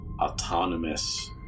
autonomous